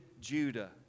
Judah